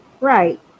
Right